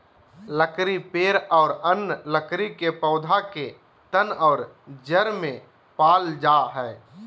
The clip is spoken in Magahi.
लकड़ी पेड़ और अन्य लकड़ी के पौधा के तन और जड़ में पाल जा हइ